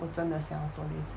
我真的想做 LASIK